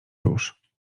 już